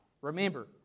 Remember